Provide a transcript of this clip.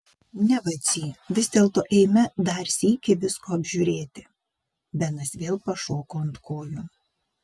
ne vacy vis dėlto eime dar sykį visko apžiūrėti benas vėl pašoko ant kojų